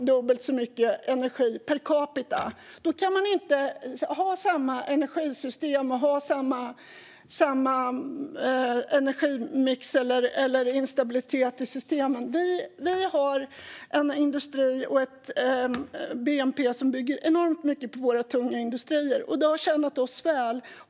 Därför kan Sverige inte ha samma energisystem, samma energimix och samma instabilitet i systemen. Vi har en bnp som bygger enormt mycket på våra tunga industrier, och det har tjänat oss väl.